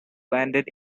landed